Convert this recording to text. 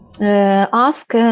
ask